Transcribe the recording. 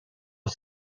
was